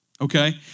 Okay